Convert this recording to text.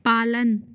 पालन